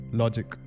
logic